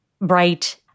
bright